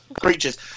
Creatures